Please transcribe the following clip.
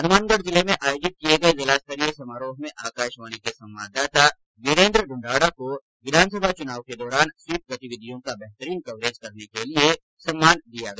हनुमानगढ़ जिले में आयोजित किये गये जिला स्तरीय समारोह में आकाशवाणी के संवाददाता वीरेन्द्र द्वंढाड़ा को विधानसभा चुनाव के दौरान स्वीप गतिविधियों का बेहतरीन कवरेज करने के लिये के सम्मान प्रदान किया गया